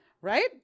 Right